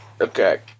Okay